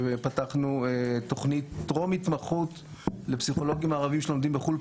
ופתחנו תוכנית טרום-התמחות לפסיכולוגים ערבים שלומדים בחו"ל,